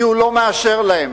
כי הוא לא מאשר להם.